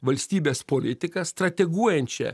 valstybės politiką strateguojančią